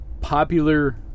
Popular